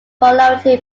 popularity